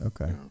Okay